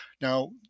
now